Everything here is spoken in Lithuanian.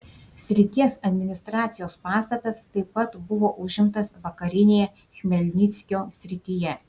srities administracijos pastatas taip pat buvo užimtas vakarinėje chmelnyckio srityje